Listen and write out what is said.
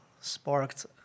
sparked